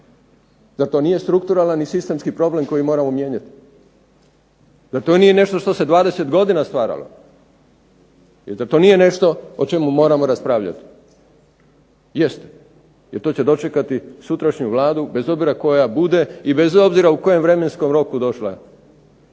Zar to nije strukturalan i sistemski problem koji moramo mijenjati? Zar to nije nešto što se 20 godina stvaralo i zar to nije nešto o čemu moramo raspravljati. Jest, jer to će dočekati sutrašnju vladu bez obzira koja bude i bez obzira u kojem vremenskom roku došla.